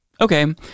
Okay